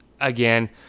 Again